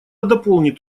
дополнит